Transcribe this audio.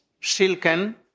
Silken